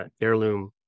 Heirloom